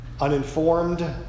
uninformed